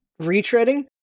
retreading